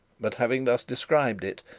but having thus described it,